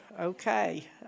Okay